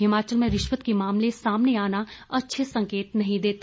हिमाचल में रिश्वत के मामले सामने आना अच्छे संकेत नहीं देता